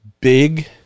big